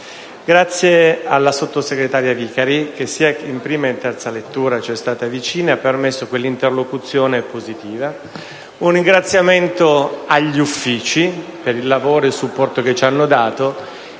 anche la sottosegretaria Vicari che, sia in prima che in terza lettura, ci è stata vicina e ha permesso quell'interlocuzione positiva. Rivolgo un ringraziamento anche agli Uffici per il lavoro ed il supporto che ci hanno dato